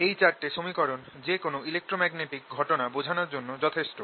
এই চারটে সমীকরণ যেকোনো ইলেক্ট্রোম্যাগনেটিক ঘটনা বোঝানোর জন্য যথেষ্ট